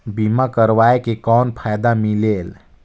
बीमा करवाय के कौन फाइदा मिलेल?